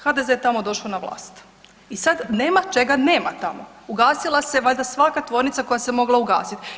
HDZ je tamo došao na vlast i sad nema čega nema tamo, ugasila se valjda svaka tvornica koja se mogla ugasit.